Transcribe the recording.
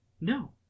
No